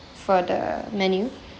for the menu